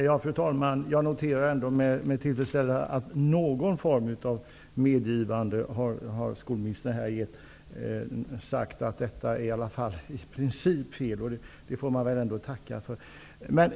Fru talman! Jag noterar med tillfredsställelse att skolministern ändå här har gjort någon form av medgivande i och med att hon har sagt att detta i princip är fel. Det får man väl ändå tacka för.